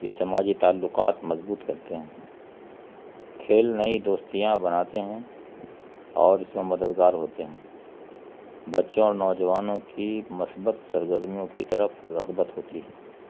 یہ سماجی تعلقات مضبوط کرتے ہیں کھیل نئی دوستیاں بناتے ہیں اور اس میں مددگار ہوتے ہیں بچوں اور نوجوانوں کی مثبت سرگرمیوں کی طرف رغبت ہوتی ہے